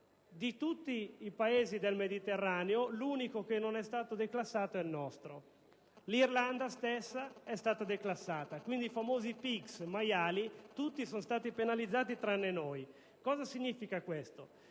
di tutti i Paesi del Mediterraneo, l'unico che non è stato declassato è il nostro. La stessa Irlanda è stata declassata. Quindi, i famosi PIGS, (maiali) sono stati tutti penalizzati, tranne noi. Che cosa significa questo?